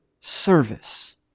service